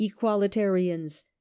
equalitarians